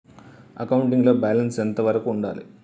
Accounting లో balance ఎంత వరకు ఉండాలి?